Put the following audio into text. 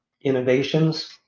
innovations